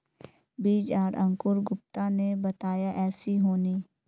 बीज आर अंकूर गुप्ता ने बताया ऐसी होनी?